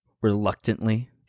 reluctantly